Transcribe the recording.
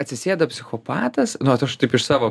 atsisėda psichopatas nu vat aš taip iš savo